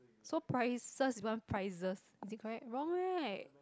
so prices become prizes is it correct wrong right